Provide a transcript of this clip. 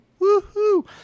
woohoo